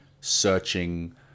searching